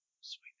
Sweet